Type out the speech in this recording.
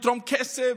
לתרום כסף,